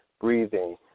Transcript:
breathing